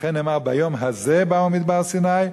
לכן נאמר "ביום הזה באו מדבר סיני",